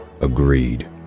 Agreed